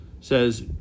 says